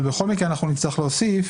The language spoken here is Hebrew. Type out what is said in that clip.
אבל בכל מקרה אנחנו נצטרך להוסיף,